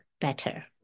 better